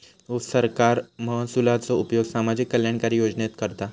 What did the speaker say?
सरकार महसुलाचो उपयोग सामाजिक कल्याणकारी योजनेत करता